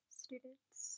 students